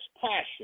passion